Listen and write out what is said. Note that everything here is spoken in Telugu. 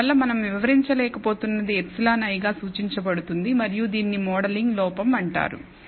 అందువల్ల మనం వివరించలేకపోతున్నది ε i గా సూచించబడుతుంది మరియు దీనిని మోడలింగ్ లోపం అంటారు